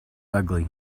ugly